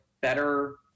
better